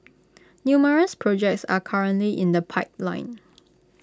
numerous projects are currently in the pipeline